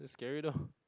scary though